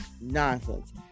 nonsense